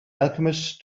alchemist